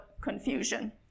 confusion